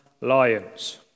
lions